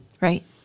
right